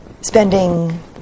spending